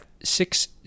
six